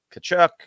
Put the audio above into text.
Kachuk